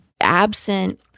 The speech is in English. absent